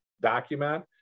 document